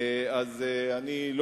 אני לא